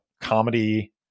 comedy